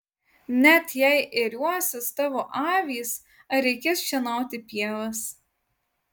net jei ėriuosis tavo avys ar reikės šienauti pievas